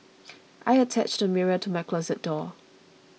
I attached a mirror to my closet door